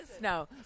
No